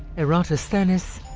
eratosthenes.